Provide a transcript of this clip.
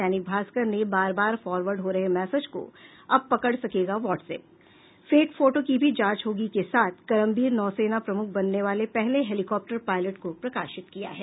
दैनिक भास्कर ने बार बार फॉरवर्ड हो रहे मैसेज को अब पकड़ सकेगा वॉट्सएप फेक फोटो की भी जांच होगी के साथ करमबीर नौसेना प्रमुख बनने वाले पहले हेलीकॉप्टर पायलट को प्रकाशित किया है